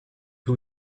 who